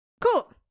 Cool